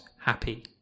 happy